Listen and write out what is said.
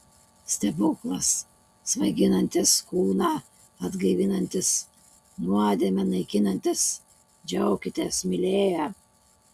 stebuklas svaiginantis kūną atgaivinantis nuodėmę naikinantis džiaukitės mylėję